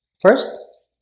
first